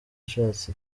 ushatse